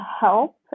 help